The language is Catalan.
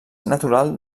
natural